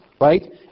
right